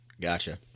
Gotcha